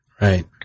Right